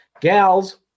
Gals